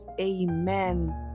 amen